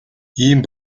ийм